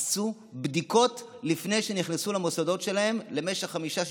עשו בדיקות לפני שנכנסו למוסדות שלהם למשך חמישה,